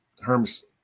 Hermes